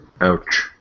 Ouch